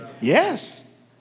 Yes